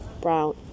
brown